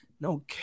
No